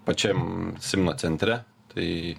pačiam simno centre tai